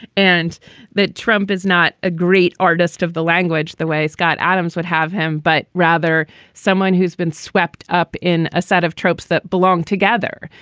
and that trump is not a great artist of the language the way scott adams would have him, but rather someone who's been swept up in a set of tropes that belong together,